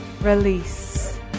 Release